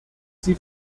sie